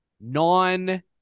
non